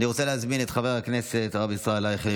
אני רוצה להזמין את חבר הכנסת הרב ישראלי אייכלר,